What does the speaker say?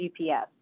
GPS